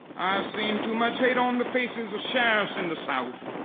i've seen too much hate on the faces of sheriffs in the south.